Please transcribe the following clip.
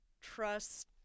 trust